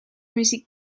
muziek